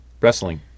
Wrestling